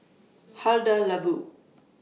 Hada Labo